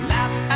Laugh